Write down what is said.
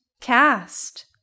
cast